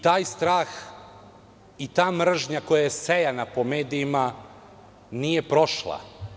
Taj strah i ta mržnja koja je sejana po medijima nije prošla.